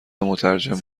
مترجم